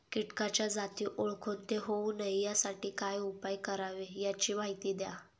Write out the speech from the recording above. किटकाच्या जाती ओळखून ते होऊ नये यासाठी काय उपाय करावे याची माहिती द्या